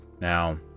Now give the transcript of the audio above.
Now